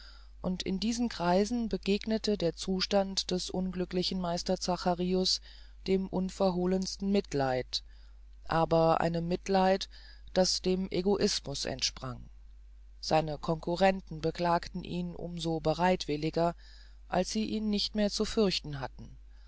und in diesen kreisen begegnete der zustand des unglücklichen meister zacharius dem unverholensten mitleiden aber einem mitleid das dem egoismus entsprang seine concurrenten beklagten ihn um so bereitwilliger als sie ihn nicht mehr zu fürchten hatten